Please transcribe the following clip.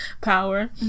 power